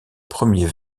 premier